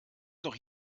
noch